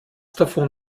davon